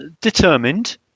Determined